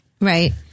Right